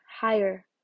higher